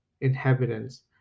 inhabitants